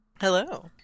Hello